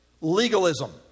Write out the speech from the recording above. legalism